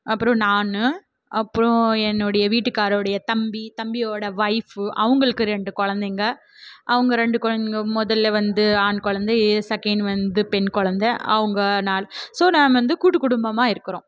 அப்புறம் நான் அப்புறம் என்னுடைய வீட்டுக்காரருடைய தம்பி தம்பியோட ஓய்ஃபு அவங்களுக்கு ரெண்டு குழந்தைங்க அவங்க ரெண்டு குழந்தைங்க முதல்ல வந்து ஆண் குழந்தை செகண்ட் வந்து பெண் குழந்த அவங்க நால் ஸோ நாங்கள் வந்து கூட்டு குடும்பமாக இருக்கிறோம்